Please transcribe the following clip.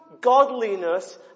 godliness